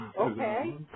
Okay